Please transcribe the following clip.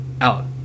out